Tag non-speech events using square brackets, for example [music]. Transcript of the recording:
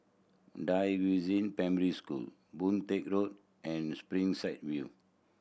Da [unintelligible] Primary School Boon Teck Road and Springside View